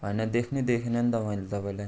होइन देख्नै देखिनँ नि त मैले तपाईँलाई